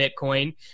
Bitcoin